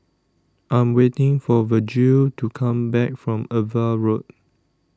I Am waiting For Virgil to Come Back from AVA Road